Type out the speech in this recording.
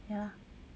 ya lah